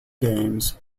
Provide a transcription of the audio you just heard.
games